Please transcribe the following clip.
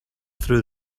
through